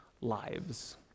lives